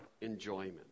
enjoyment